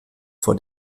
vor